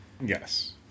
Yes